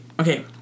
okay